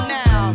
now